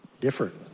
Different